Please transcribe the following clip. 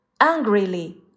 angrily